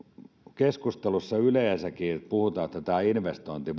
keskustelussa yleensäkin puhutaan että tämä investointi